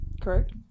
Correct